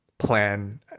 plan